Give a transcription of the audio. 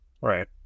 right